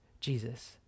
Jesus